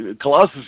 Colossus